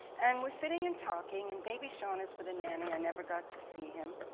and we're sitting and talking, and baby sean is with a nanny i never got to see him.